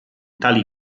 tali